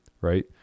right